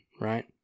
right